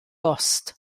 bost